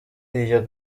iyo